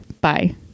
Bye